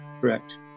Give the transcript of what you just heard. correct